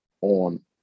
on